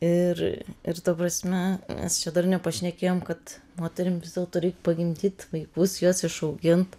ir ir ta prasme mes čia dar nepašnekėjom kad moterim vis dėlto reik pagimdyt vaikus juos išaugint